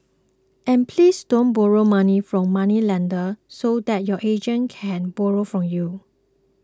and please don't borrow money from moneylenders so that your agent can borrow from you